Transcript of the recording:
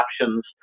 options